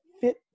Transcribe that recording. fit